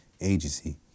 agency